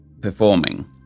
performing